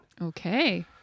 Okay